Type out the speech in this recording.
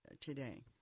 today